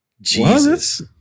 Jesus